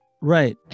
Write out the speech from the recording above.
Right